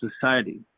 society